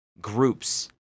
groups